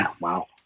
wow